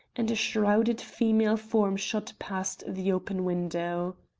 and a shrouded female form shot past the open window.